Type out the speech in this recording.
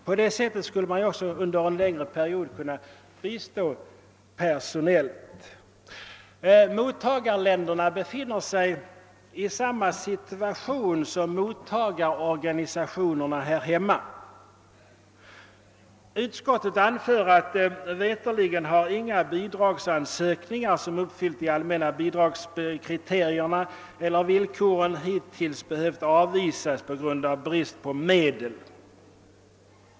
På det sättet skulle man under en längre period också kunna bistå personellt. Mottagarländerna befinner sig i samma situation som mottagarorganisationerna här hemma. Utskottet anför att veterligt inga bidragsansökningar som uppfyller de allmänna bidragsvillkoren hittills har behövt avvisas på grund av brist på medel.